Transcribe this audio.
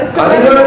לא הסתדר לכם?